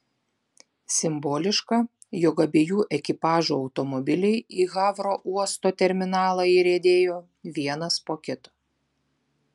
simboliška jog abiejų ekipažų automobiliai į havro uosto terminalą įriedėjo vienas po kito